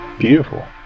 Beautiful